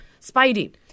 Spidey